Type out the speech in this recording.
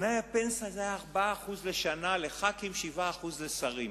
תנאי הפנסיה היו 4% לשנה לח"כים, 7% לשרים.